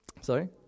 Sorry